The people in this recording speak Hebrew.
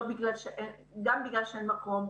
גם בגלל שאין מקום,